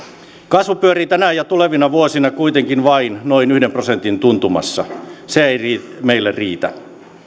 kasvu pyörii tänä vuonna ja tulevina vuosina kuitenkin vain noin yhden prosentin tuntumassa se ei meille riitä